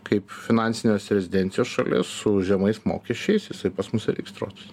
kaip finansinės rezidencijos šalis su žemais mokesčiais jisai pas mus ir registruotųs